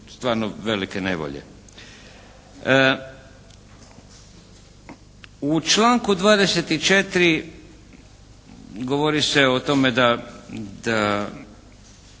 stvarno velike nevolje. U članku 24. govori se o tome da